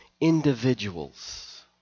individuals